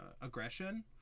aggression